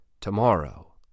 Tomorrow